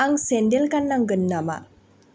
आं सेन्देल गाननांगोन नामा